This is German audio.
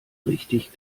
richtig